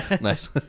Nice